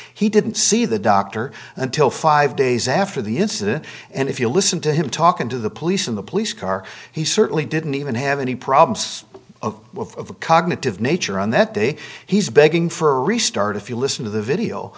he didn't see the doctor until five days after the incident and if you listen to him talking to the police in the police car he certainly didn't even have any problems of a cognitive nature on that day he's begging for a restart if you listen to the video